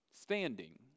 standing